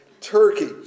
Turkey